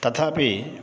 तथापि